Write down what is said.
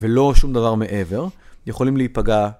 ולא שום דבר מעבר, יכולים להיפגע.